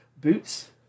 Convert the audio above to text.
boots